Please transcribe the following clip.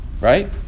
right